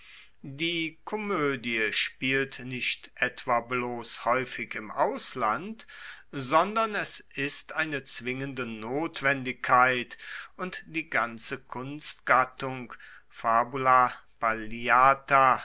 die komoedie spielt nicht etwa bloss haeufig im ausland sondern es ist eine zwingende notwendigkeit und die ganze kunstgattung